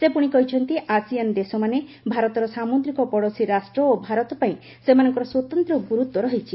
ସେ ପୁଣି କହିଛନ୍ତି ଆସିଆନ୍ ଦେଶମାନେ ଭାରତର ସାମୁଦ୍ରିକ ପଡ଼ୋଶୀ ରାଷ୍ଟ୍ର ଓ ଭାରତ ପାଇଁ ସେମାନଙ୍କର ସ୍ୱତନ୍ତ୍ର ଗୁରୁତ୍ୱ ରହିଛି